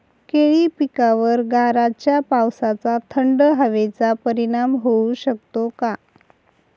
केळी पिकावर गाराच्या पावसाचा, थंड हवेचा परिणाम होऊ शकतो का?